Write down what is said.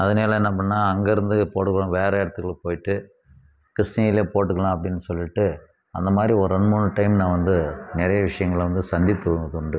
அதுனால என்ன பண்ணிணேன் அங்கேருந்து போடுவோம் வேறு இடத்துக்குள்ள போய்விட்டு கிருஷ்ணகிரியில் போட்டுக்கலாம் அப்படின் சொல்லிவிட்டு அந்த மாதிரி ஒரு ரெண்டு மூணு டைம் நான் வந்து நிறைய விஷயங்கள வந்து சந்தித்ததது உண்டு